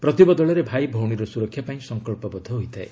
ପ୍ରତିବଦଳରେ ଭାଇ ଭଉଣୀର ସୁରକ୍ଷା ପାଇଁ ସଂକଳ୍ପବଦ୍ଧ ହୋଇଥାଏ